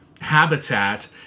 habitat